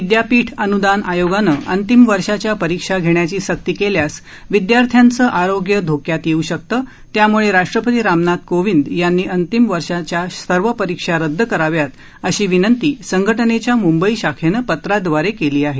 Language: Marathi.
विदयापीठ अनुदान आयोगानं अंतिम वर्षाच्या परीक्षा घेण्याची सक्ती केल्यास विदयार्थ्यांचं आरोग्य धोक्यात येऊ शकतं त्यामुळे राष्ट्रपती रामनाथ कोविंद यांनी अंतिम वर्षाच्या सर्व परीक्षा रदद कराव्या अशी विनंती संघटनेच्या मुंबई शाखेनं पत्रादवारे केली आहे